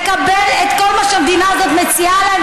לקבל את כל מה שהמדינה הזאת מציעה להם,